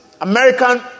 American